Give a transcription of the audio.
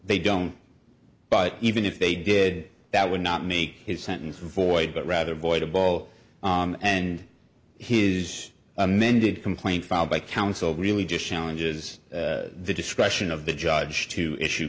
they don't but even if they did that would not make his sentence void but rather void a ball and his amended complaint filed by counsel really just challenges the discretion of the judge to issue